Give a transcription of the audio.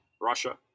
Russia